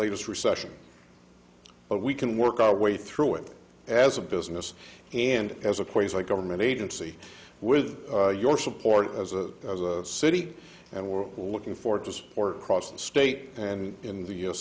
latest recession but we can work our way through it as a business and as a place like government agency with your support as a city and we're looking forward to support across the state and in the